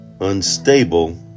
unstable